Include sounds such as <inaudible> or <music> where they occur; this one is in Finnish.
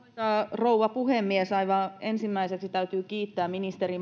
rouva puhemies aivan ensimmäiseksi täytyy kiittää ministeri <unintelligible>